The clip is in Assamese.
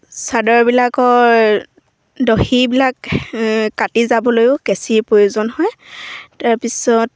চাদৰবিলাকৰ দহীবিলাক কাটি যাবলৈও কেঁচিৰ প্ৰয়োজন হয় তাৰপিছত